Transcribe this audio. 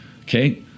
okay